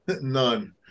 None